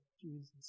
Jesus